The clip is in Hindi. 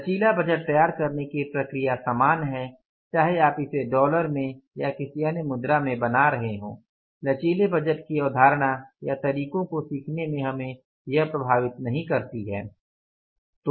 लचीला बजट तैयार करने की प्रक्रिया समान है चाहे आप इसे डॉलर में या किसी अन्य मुद्रा में बना रहे हों लचीली बजट की अवधारणा या तरीके को सीखने में हमें यह प्रभावित नहीं करती है